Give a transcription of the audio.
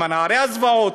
עם נערי הזוועות,